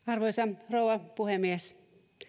arvoisa rouva puhemies